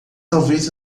talvez